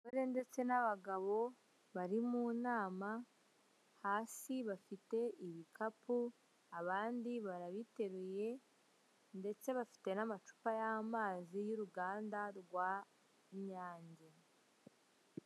Abagore ndetse n'abagabo bari mu nama, hasi bafite ibikapu abandi barabiteruye ndetse bafite n'amacupa y'amazi y'uruganda rw'inyange.